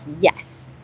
yes